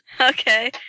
Okay